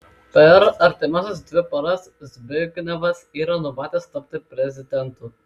per artimiausias dvi paras zbignevas yra numatęs tapti prezidentu